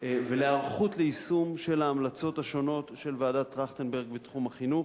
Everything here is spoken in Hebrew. ולהיערכות ליישום של ההמלצות השונות של ועדת-טרכטנברג בתחום החינוך.